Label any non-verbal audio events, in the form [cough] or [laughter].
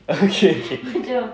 [laughs] okay okay